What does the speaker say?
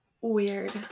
Weird